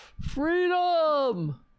Freedom